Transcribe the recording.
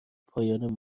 پایان